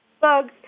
bugs